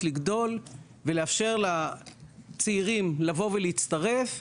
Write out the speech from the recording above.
לגדול ולאפשר לצעירים לבוא ולהצטרף.